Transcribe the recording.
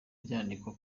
ryandikwa